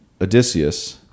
Odysseus